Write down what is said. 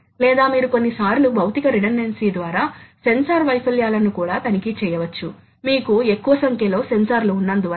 ఎందుకంటే స్క్రూ యొక్క భ్రమణం ద్వారా సృష్టించబడిన సరళ కదలిక ఒక పిచ్ యూనిట్ కాబట్టి మనకు శక్తి పరిరక్షణ ఉన్నట్లు అయితేనే